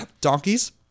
donkeys